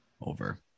over